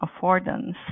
affordance